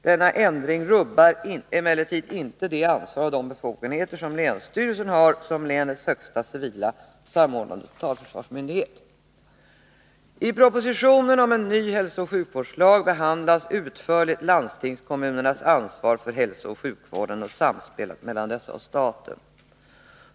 Denna ändring rubbar emellertid inte det ansvar och de befogenheter som länsstyrelsen har som länets högsta civila samordnande totalförsvarsmyndighet. I proposition 1981/82:97 om en ny hälsooch sjukvårdslag behandlas utförligt landstingskommunernas ansvar för hälsooch sjukvården och samspelet mellan dessa och staten.